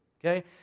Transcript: okay